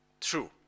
true